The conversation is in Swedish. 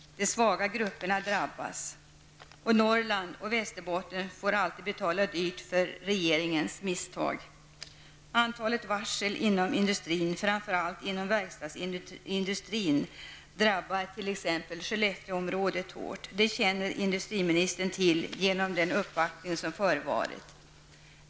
De svaga grupperna drabbas. Norrland och Västerbotten får alltid betala dyrt för regeringens misstag. Antalet varsel inom industrin, framför allt inom verkstadsindustrin, drabbar t.ex. Skellefteområdet hårt. Det känner industriministern till genom den uppvaktning som har förevarit.